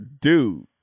dude